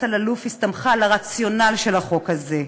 אלאלוף הסתמכה על הרציונל של החוק הזה,